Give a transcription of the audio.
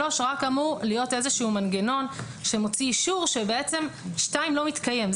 רק אמור להיות איזשהו מנגנון שמוציא אישור שבעצם 2 לא מתקיים.